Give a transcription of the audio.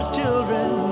children